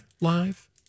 live